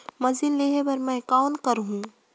Machine लेहे बर मै कौन करहूं?